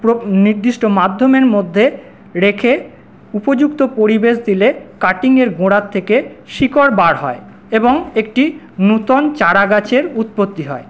নির্দিষ্ট মাধ্যমের মধ্যে রেখে উপযুক্ত পরিবেশ দিলে কাটিংয়ের গোড়ার থেকে শিকড় বার হয় এবং একটি নুতন চারাগাছের উৎপত্তি হয়